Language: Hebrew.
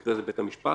במקרה הזה בית המשפט.